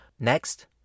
Next